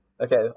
Okay